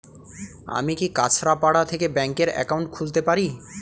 আমি কি কাছরাপাড়া থেকে ব্যাংকের একাউন্ট খুলতে পারি?